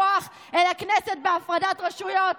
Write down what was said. הכוח אל הכנסת בהפרדת רשויות,